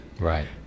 right